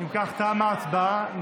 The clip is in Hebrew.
אם כך, תמה ההצבעה.